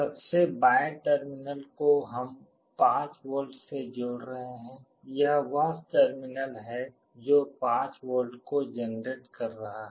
सबसे बाएं टर्मिनल को हम 5V से जोड़ रहे हैं यह वह टर्मिनल है जो 5V को जनरेट कर रहा है